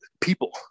people